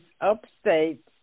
upstate